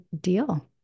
deal